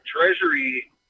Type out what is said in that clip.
Treasury